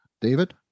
David